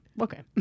Okay